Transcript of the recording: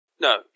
No